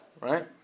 Right